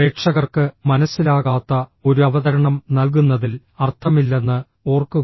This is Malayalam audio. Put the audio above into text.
പ്രേക്ഷകർക്ക് മനസ്സിലാകാത്ത ഒരു അവതരണം നൽകുന്നതിൽ അർത്ഥമില്ലെന്ന് ഓർക്കുക